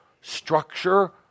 structure